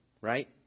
right